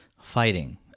fighting